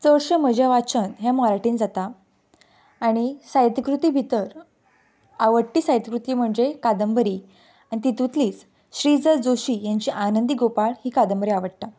चडशें म्हजें वाचन हें मराठीन जाता आनी साहित्य कृती भितर आवडटी साहित्य कृती म्हणजे कादंबरी आनी तितुतलीच श्रीजत जोशी हेंची आनंदी गोपाळ ही कादंबरी आवडटा